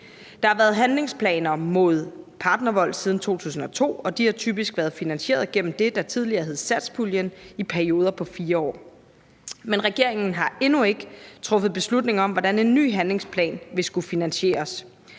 Der har været handlingsplaner mod partnervold siden 2002, og de har typisk været finansieret gennem det, der tidligere hed satspuljen, i perioder på 4 år. Men regeringen har endnu ikke truffet beslutning om, hvordan en ny handlingsplan vil skulle finansieres.